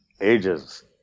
ages